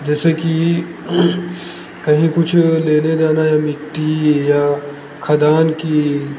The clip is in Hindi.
जैसे कि कहीं कुछ लेने जाना है मिट्टी या खदान की